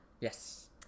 Yes